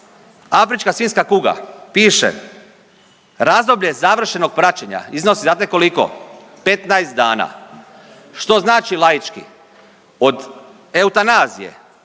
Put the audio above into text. afrička svinjska kuga piše razdoblje završnog praćenja iznosi znate koliko? 15 dana, što znači laički od eutanazije,